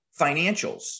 financials